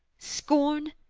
scorn?